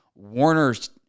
warner's